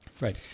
Right